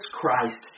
Christ